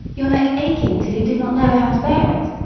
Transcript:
your neck aching till you did not know how to bear it.